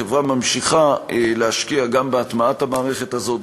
החברה ממשיכה להשקיע גם בהטמעת המערכת הזאת,